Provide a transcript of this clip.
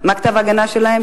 מה כתב ההגנה שלהן?